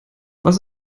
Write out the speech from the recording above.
was